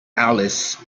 alice